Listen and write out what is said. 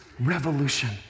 revolution